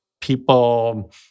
people